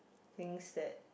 things that